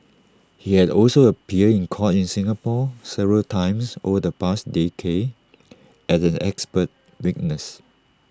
he had also appeared in court in Singapore several times over the past decade as an expert witness